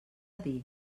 dir